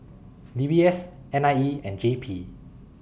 D B S N I E and J P